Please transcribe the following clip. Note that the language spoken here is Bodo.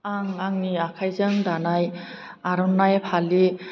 आं आंनि आखायजों दानाय आर'नाइ फालि